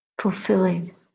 fulfilling